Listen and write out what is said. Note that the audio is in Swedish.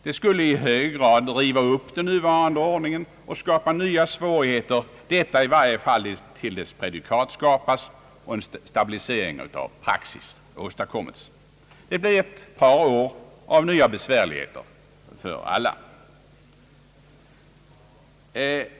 Det skulle i hög grad riva upp den nuvarande ordningen och skapa nya svårigheter, i varje fall intill dess prejudikat skapats och en stabilisering av praxis åstadkommits. Det blir ett par år av nya besvärligheter för alla.